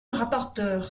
rapporteur